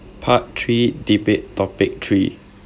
part three debate topic three